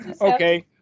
Okay